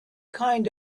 kind